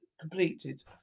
completed